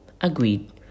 Agreed